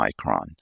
micron